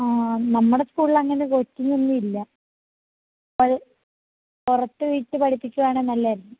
ആ നമ്മുടെ സ്കൂളിലങ്ങനെ കോച്ചിങ്ങൊന്നുമില്ല അത് പുറത്തുവിട്ട് പഠിപ്പിക്കുകയാണെങ്കില് നല്ലതായിരുന്നു